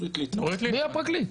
מי הפרקליט?